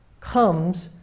comes